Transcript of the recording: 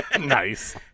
Nice